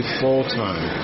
full-time